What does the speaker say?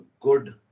good